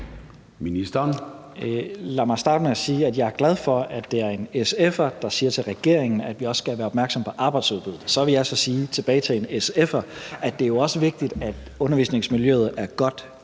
Tesfaye): Lad mig starte med at sige, at jeg er glad for, at det er en SF’er, der siger til regeringen, at vi også skal være opmærksomme på arbejdsudbuddet. Jeg vil så sige tilbage til en SF'er, at det jo også er vigtigt, at undervisningsmiljøet er godt af